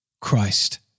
Christ